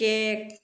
cake